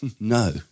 No